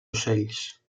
ocells